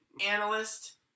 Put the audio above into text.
analyst